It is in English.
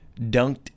dunked